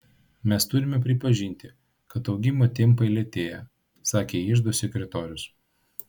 mes turime pripažinti kad augimo tempai lėtėja sakė iždo sekretorius